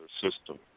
system